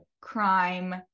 crime